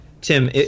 Tim